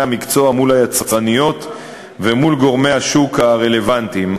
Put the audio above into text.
המקצוע מול היצרניות ומול גורמי השוק הרלוונטיים.